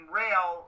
rail